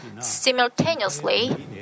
simultaneously